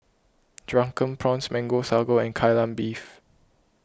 Drunken Prawns Mango Sago and Kai Lan Beef